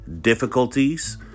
difficulties